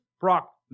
Brock